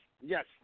Yes